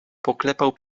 poklepał